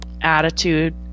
attitude